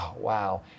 wow